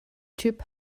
typ